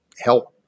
help